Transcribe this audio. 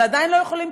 אבל עדיין לא יכולים,